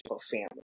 family